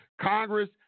Congress